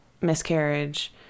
miscarriage